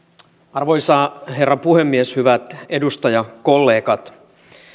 arvoisa herra puhemies hyvät edustajakollegat